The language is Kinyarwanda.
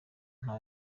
nta